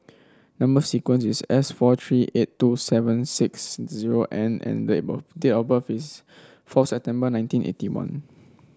number sequence is S four three eight two seven six zero N and date of birth is four September nineteen eighty one